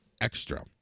Extra